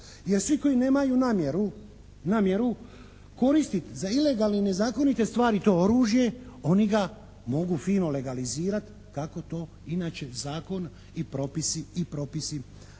Jer svi koji nemaju namjeru, namjeru koristiti za ilegalne, nezakonite stvari to oružje oni ga mogu fino legalizirati kako to recimo zakon i propisi, i propisi